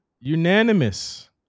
unanimous